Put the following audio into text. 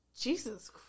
Jesus